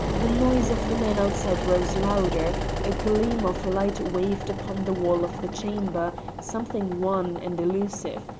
the noise of the men outside rose louder a gleam of light waved upon the wall of the chamber, something wan and elusive,